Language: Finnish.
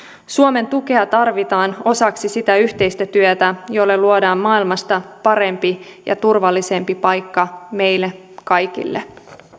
suomen tukea tarvitaan osaksi sitä yhteistä työtä jolla luodaan maailmasta parempi ja turvallisempi paikka meille kaikille